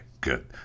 Good